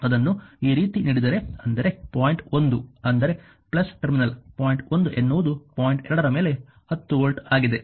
ಅದನ್ನು ಈ ರೀತಿ ನೀಡಿದರೆ ಅಂದರೆ ಪಾಯಿಂಟ್ 1 ಅಂದರೆ ಟರ್ಮಿನಲ್ ಪಾಯಿಂಟ್ 1 ಎನ್ನುವುದು ಪಾಯಿಂಟ್ 2 ರ ಮೇಲೆ 10 ವೋಲ್ಟ್ ಆಗಿದೆ